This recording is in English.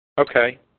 Okay